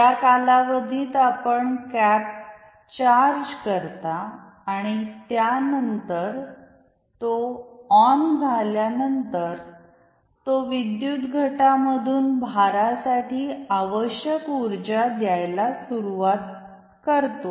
या कालावधीत आपण कॅप चार्ज करता आणि त्यानंतर तो ऑन झाल्यानंतर तो विद्युत घटामधून भारासाठी आवश्यक ऊर्जा द्यायला सुरुवात करतो